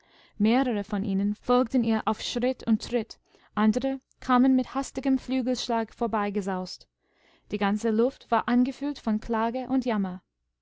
mehrere von ihnen folgten ihr auf schritt und tritt andere kamen mit hastigem flügelschlag vorbeigesaust die ganze luft war angefüllt von klage und jammer